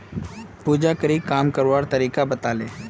पूजाकरे काम करवार तरीका बताले